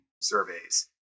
surveys